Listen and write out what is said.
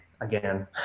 again